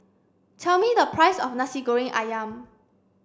tell me the price of Nasi Goreng Ayam